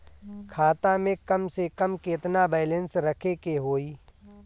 खाता में कम से कम केतना बैलेंस रखे के होईं?